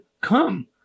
come